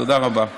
תודה רבה.